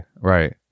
right